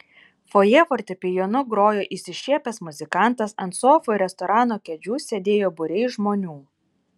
fojė fortepijonu grojo išsišiepęs muzikantas ant sofų ir restorano kėdžių sėdėjo būriai žmonių